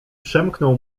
przemknął